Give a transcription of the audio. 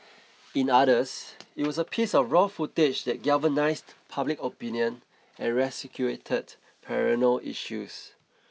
in others it was a piece of raw footage that galvanised public opinion and resuscitated perennial issues